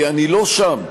כי אני לא שם.